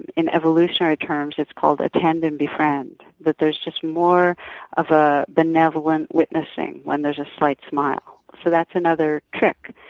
and in evolutionary terms, it's called a tend and befriend that there's just more of a benevolent witnessing when there's a slight smile. so that's another trick.